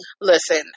listen